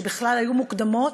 שבכלל היו מוקדמות,